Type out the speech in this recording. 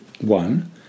One